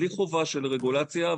בלי חובה של רגולציה,